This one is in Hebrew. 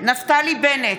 נפתלי בנט,